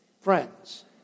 Friends